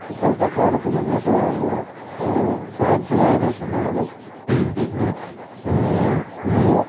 ഇപ്പോഴത്തെ കാലത്ത് മുന്നോട്ട് പോകാനുള്ള ഒരു ചാൻസ് കാര്യങ്ങളൊക്കെ ഉണ്ടാവുള്ളൂ പിന്നെ ഒരൂ